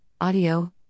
audio